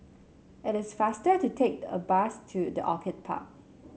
it is faster to take the a bus to the Orchid Park